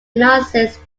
analysis